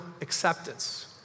acceptance